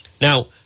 Now